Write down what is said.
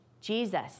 Jesus